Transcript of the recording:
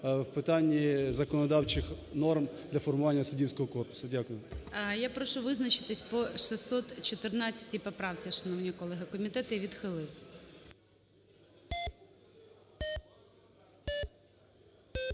у питанні законодавчих норм для формування суддівського корпусу. Дякую. ГОЛОВУЮЧИЙ. Я прошу визначитися по 614 поправці, колеги. Комітет її відхилив.